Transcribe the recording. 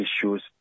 issues